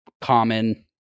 common